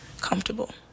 comfortable